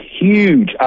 huge